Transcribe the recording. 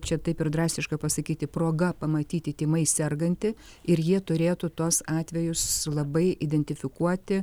čia taip ir drastiška pasakyti proga pamatyti tymais sergantį ir jie turėtų tuos atvejus labai identifikuoti